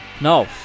No